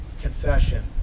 confession